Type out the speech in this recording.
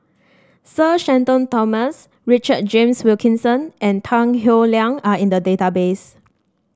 Sir Shenton Thomas Richard James Wilkinson and Tan Howe Liang are in the database